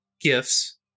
gifts